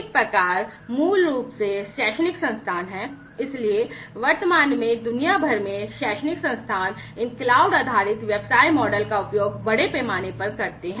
एक प्रकार मूल रूप से शैक्षणिक संस्थान हैं वर्तमान में दुनिया भर में शैक्षणिक संस्थान इन क्लाउड आधारित व्यवसाय मॉडल का उपयोग बड़े पैमाने पर करते हैं